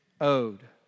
owed